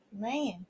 Man